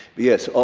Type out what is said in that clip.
yes,